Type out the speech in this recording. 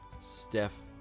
Steph